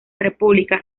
república